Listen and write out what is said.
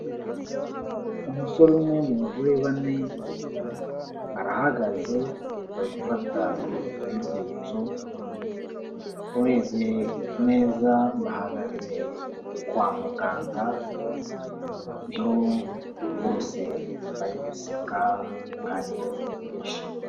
Umusore umwe mu bagore bane, barahagaze bari gufata ifoto y'urwibutso, urebye neza bahagaze kwa muganga, niho bose bari guseka, kandi bishimye.